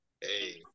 Hey